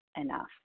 enough